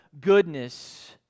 goodness